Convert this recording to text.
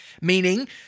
meaning